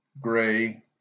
gray